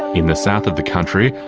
in the south of the country,